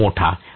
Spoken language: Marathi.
खूप मोठा